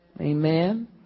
Amen